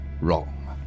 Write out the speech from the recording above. wrong